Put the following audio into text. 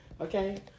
Okay